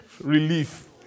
Relief